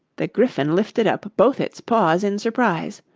the gryphon lifted up both its paws in surprise.